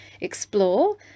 explore